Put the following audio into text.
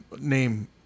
name